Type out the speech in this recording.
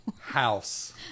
House